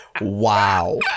Wow